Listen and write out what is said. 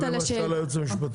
מה לגבי מה ששאל היועץ המשפטי?